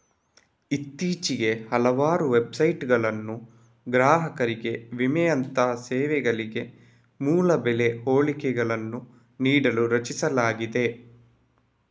ಇತ್ತೀಚೆಗೆ ಹಲವಾರು ವೆಬ್ಸೈಟುಗಳನ್ನು ಗ್ರಾಹಕರಿಗೆ ವಿಮೆಯಂತಹ ಸೇವೆಗಳಿಗೆ ಮೂಲ ಬೆಲೆ ಹೋಲಿಕೆಗಳನ್ನು ನೀಡಲು ರಚಿಸಲಾಗಿದೆ